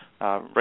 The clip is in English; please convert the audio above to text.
right